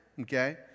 okay